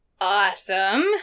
Awesome